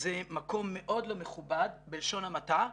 זה מקום מאוד לא מכובד, בשלון המעטה,